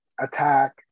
attack